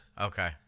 Okay